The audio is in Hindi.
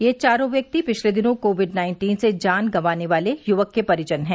ये चारों व्यक्ति पिछले दिनों कोविड नाइन्टीन से जान गंवाने वाले युवक के परिजन हैं